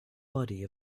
body